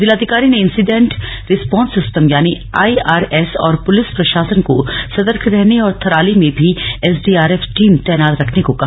जिलाधिकारी ने incident response system यानि आईआरएस और पुलिस प्रशासन को सतर्क रहने और थराली में भी S D R F team की तैनात रखने को कहा